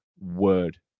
Word